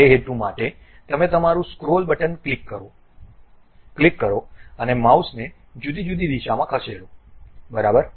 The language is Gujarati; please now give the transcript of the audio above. તે હેતુ માટે તમે તમારું સ્ક્રોલ બટન ક્લિક કરો ક્લિક કરો અને માઉસને જુદી જુદી દિશામાં ખસેડો બરાબર